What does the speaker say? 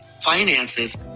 finances